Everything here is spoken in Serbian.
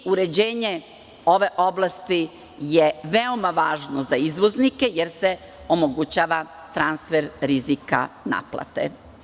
Uređenje ove oblasti je veoma važno za izvoznike jer se omogućava transfer rizika naplate.